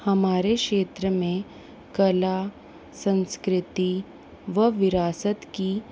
हमारे क्षेत्र में कला संस्कृति व विरासत की